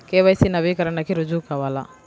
KYC నవీకరణకి రుజువు కావాలా?